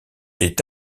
est